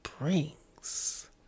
brings